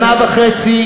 שנה וחצי,